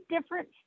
different